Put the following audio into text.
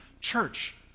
church